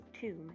tomb